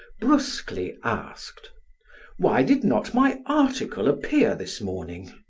brusquely asked why did not my article appear this morning?